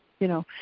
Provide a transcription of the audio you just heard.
you know?